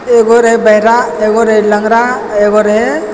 एगो रहै बहरा एगो रहै लंगरा एगो रहै